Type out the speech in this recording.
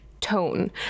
tone